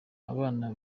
abana